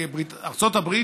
בארצות הברית,